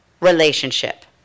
relationship